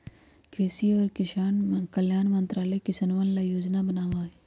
कृषि और किसान कल्याण मंत्रालय किसनवन ला योजनाएं बनावा हई